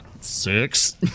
six